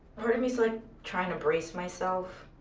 part of me is, like, trying to brace myself